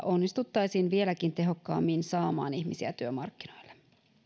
onnistuttaisiin vieläkin tehokkaammin saamaan ihmisiä työmarkkinoille